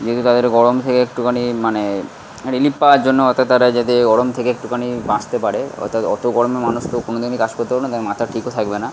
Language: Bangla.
যেহেতু তাদের গরম থেকে একটুখানি মানে রিলিফ পাওয়ার জন্য অর্থাৎ তারা যাতে গরম থেকে একটুখানি বাঁচতে পারে অর্থাৎ অত গরমে মানুষ তো কোনোদিনই কাজ করতে পারবে না মাথার ঠিকও থাকবে না